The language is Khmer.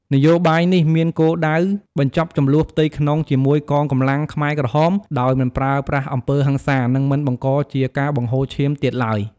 នយោបាយនេះមានគោលដៅបញ្ចប់ជម្លោះផ្ទៃក្នុងជាមួយកងកម្លាំងខ្មែរក្រហម ដោយមិនប្រើប្រាស់អំពើហិង្សា និងមិនបង្កជាការបង្ហូរឈាមទៀតឡើយ។